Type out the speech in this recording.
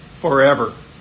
forever